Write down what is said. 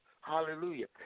Hallelujah